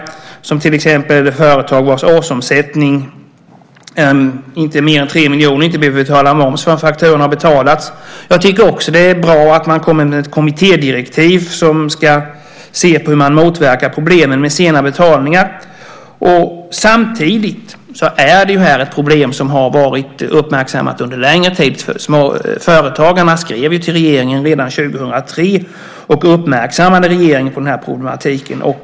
Det gäller till exempel att företag vars årsomsättning inte är större än 3 miljoner inte behöver betala moms förrän fakturorna har betalats. Jag tycker också att det är bra att man kommer med kommittédirektiv för att se på hur man motverkar problemen med sena betalningar. Samtidigt är det här ett problem som har varit uppmärksammat under längre tid. Företagarna skrev till regeringen redan 2003 och uppmärksammade regeringen på problematiken.